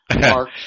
Mark